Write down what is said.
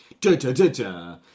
Da-da-da-da